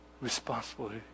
responsibility